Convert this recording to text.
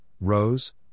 rose